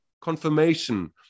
confirmation